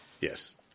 Yes